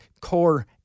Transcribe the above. core